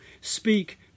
speak